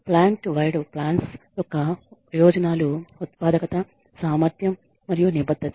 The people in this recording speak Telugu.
ప్లాంట్ వైడ్ ప్లాన్స్ యొక్క ప్రయోజనాలు ఉత్పాదకత సామర్థ్యం మరియు నిబద్ధత